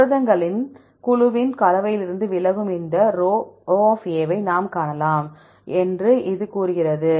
புரதங்களின் குழுவின் கலவையிலிருந்து விலகும் இந்த σ ஐ நாம் காணலாம் என்று இது கூறுகிறது